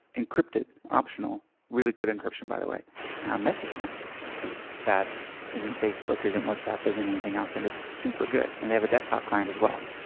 encrypted optional really good encryption, by the way messaging app that isn't facebook, isn't whatsapp, isn't anything else and it's super good. and they have a desktop client, as well.